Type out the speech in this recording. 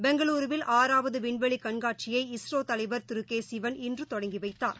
பெங்களுருவில் ஆறாவது விண்வெளி கண்காட்சியை இஸ்ரோ தலைவர் திரு கே சிவன் இன்று தொடங்கி வைத்தார்